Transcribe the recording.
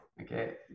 Okay